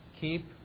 Keep